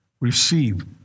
receive